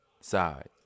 side